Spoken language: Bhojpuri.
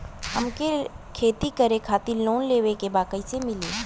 हमके खेती करे खातिर लोन लेवे के बा कइसे मिली?